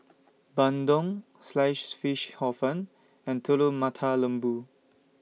Bandung Sliced Fish Hor Fun and Telur Mata Lembu